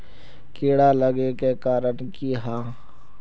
कीड़ा लागे के कारण की हाँ?